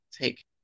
take